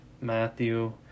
Matthew